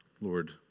Lord